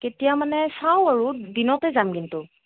কেতিয়া মানে চাওঁ আৰু দিনতে যাম কিন্তু